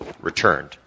returned